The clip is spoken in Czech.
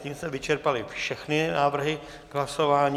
Tím jsme vyčerpali všechny návrhy k hlasování.